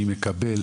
מי מקבל,